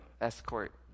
escort